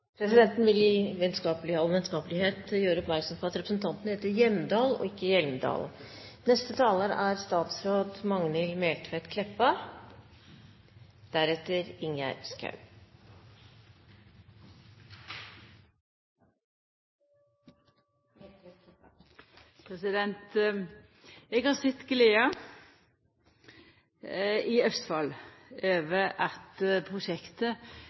Presidenten vil i all vennskapelighet gjøre oppmerksom på at representanten heter Hjemdal, og ikke Hjelmdal. Eg har sett gleda i Østfold over at prosjektet